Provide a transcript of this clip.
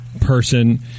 person